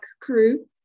crew